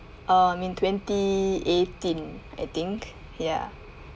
um in twenty eighteen I think ya